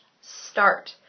start